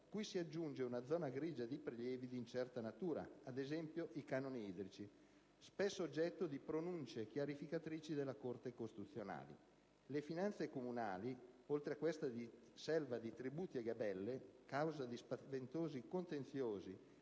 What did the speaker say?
cui si aggiunge una zona grigia di prelievi di incerta natura (ad esempio, i canoni idrici), spesso oggetto di pronunce chiarificatrici della Corte costituzionale. Le finanze comunali, oltre a questa selva di tributi e gabelle, causa di spaventosi contenziosi